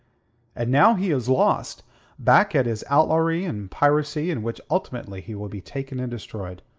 and now he is lost back at his outlawry and piracy, in which ultimately he will be taken and destroyed.